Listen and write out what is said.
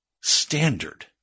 standard